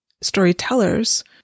storytellers